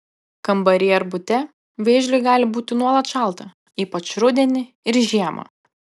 kambaryje ar bute vėžliui gali būti nuolat šalta ypač rudenį ir žiemą